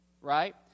right